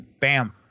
bam